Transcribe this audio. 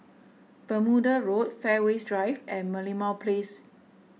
Bermuda Road Fairways Drive and Merlimau Place